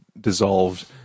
dissolved